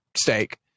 steak